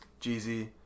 Jeezy